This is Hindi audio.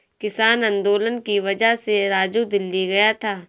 किसान आंदोलन की वजह से राजू दिल्ली गया था